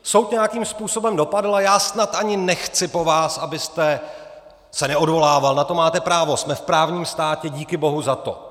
Soud nějakým způsobem dopadl, a já snad ani nechci po vás, abyste se neodvolával, na to máte právo, jsme v právním státě, díky bohu za to.